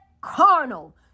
carnal